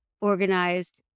organized